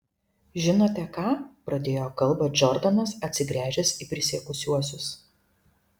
žinote ką pradėjo kalbą džordanas atsigręžęs į prisiekusiuosius